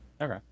Okay